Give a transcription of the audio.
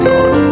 God